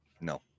No